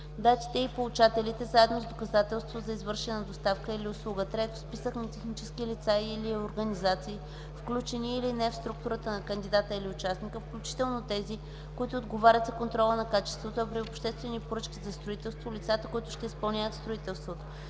датите и получателите, заедно с доказателство за извършената доставка или услуга; 3. списък на технически лица и/или организации, включени или не в структурата на кандидата или участника, включително тези, които отговарят за контрола на качеството, а при обществени поръчки за строителство – лицата, които ще изпълняват строителството;